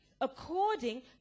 according